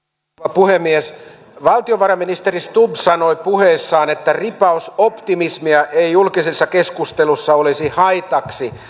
puhemies valtiovarainministeri stubb sanoi puheessaan että ripaus optimismia ei julkisessa keskustelussa olisi haitaksi